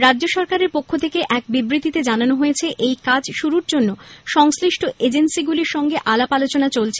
রাজ্য সরকারের পক্ষ থেকে এক বিবৃতিতে জানানো হয়েছে এই কাজ শুরুর জন্য সংশ্লিষ্ট এজেন্সিগুলির সঙ্গে আলাপ আলোচনা চলছে